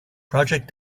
project